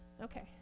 Okay